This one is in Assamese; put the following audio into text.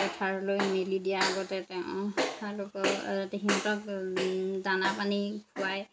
পথাৰলৈ মেলি দিয়াৰ আগতে তেওঁলোকক সিহঁতক দানা পানী খুৱাই